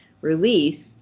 release